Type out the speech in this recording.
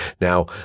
Now